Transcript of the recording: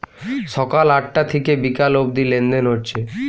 সকাল আটটা থিকে বিকাল অব্দি লেনদেন হচ্ছে